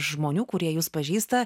žmonių kurie jus pažįsta